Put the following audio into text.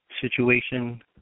situation